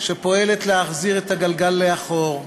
שפועלת להחזיר את הגלגל לאחור,